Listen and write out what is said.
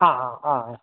ആ ആ ആ ആ